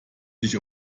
sich